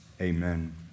amen